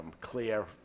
clear